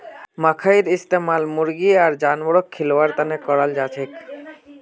मखईर इस्तमाल मुर्गी आर जानवरक खिलव्वार तने कराल जाछेक